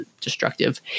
destructive